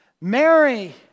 Mary